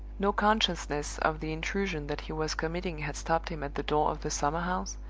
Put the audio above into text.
no consciousness of the intrusion that he was committing had stopped him at the door of the summer-house,